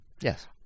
Yes